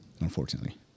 Unfortunately